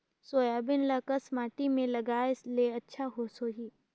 Soybean ल कस माटी मे लगाय ले अच्छा सोही?